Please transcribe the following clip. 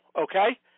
okay